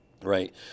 Right